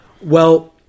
Well-